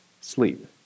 sleep